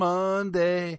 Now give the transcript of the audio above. Monday